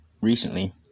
recently